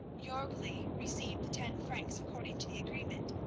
jorgli received the ten francs according to the agreement,